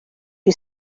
you